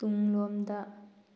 ꯇꯨꯡꯂꯣꯝꯗ